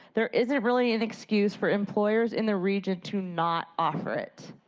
there isn't really an excuse for employers in the region to not offer it.